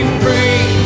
free